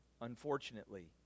unfortunately